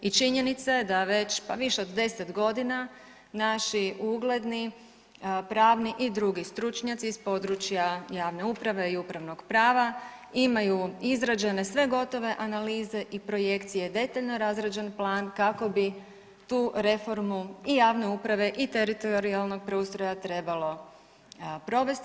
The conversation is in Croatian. I činjenica je da već više od 10 godina naši ugledni pravni i drugi stručnjaci s područja javne uprave i upravnog prava imaju izrađene sve gotove analize i projekcije, detaljno razrađen plan kako bi tu reformu i javne uprave i teritorijalnog preustroja trebalo provesti.